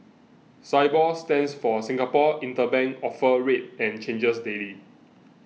Sibor stands for Singapore Interbank Offer Rate and changes daily